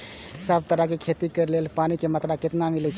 सब तरहक के खेती करे के लेल पानी के मात्रा कितना मिली अछि?